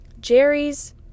Jerry's